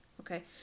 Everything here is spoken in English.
okay